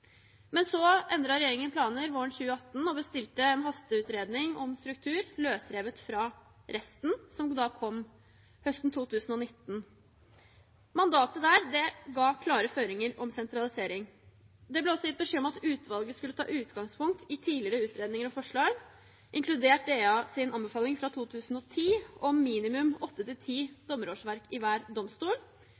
Men så endret regjeringen planer våren 2018 og bestilte en hasteutredning om struktur løsrevet fra resten, som kom høsten 2019. Mandatet der ga klare føringer om sentralisering. Det ble også gitt beskjed om at utvalget skulle ta utgangspunkt i tidligere utredninger og forslag, inkludert DAs anbefaling fra 2010 om minimum åtte–ti dommerårsverk i hver domstol,